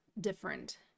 different